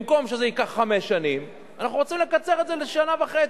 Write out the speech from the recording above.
במקום שזה ייקח חמש שנים אנחנו רוצים לקצר את זה לשנה וחצי.